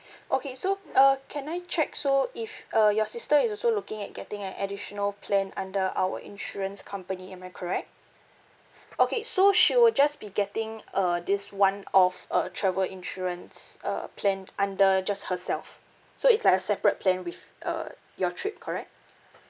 okay so uh can I check so if uh your sister is also looking at getting an additional plan under our insurance company am I correct okay so she will just be getting uh this one of uh travel insurance uh plan under just herself so it's like a separate plan with uh your trip correct